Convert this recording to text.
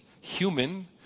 Human